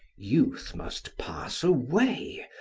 youth must pass away,